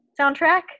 soundtrack